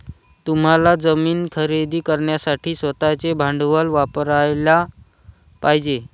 तुम्हाला जमीन खरेदी करण्यासाठी स्वतःचे भांडवल वापरयाला पाहिजे